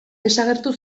desagertu